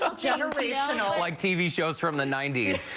ah but you know like tv shows from the ninety s.